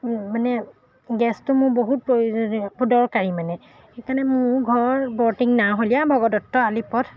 মানে গেছটো মোৰ বহুত প্ৰয়োজনীয় দৰকাৰী মানে সেইকাৰণে মোৰ ঘৰ বৰটিং নাওহ'লীয়া ভগদত্ত আলি পথ